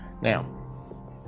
Now